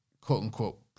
quote-unquote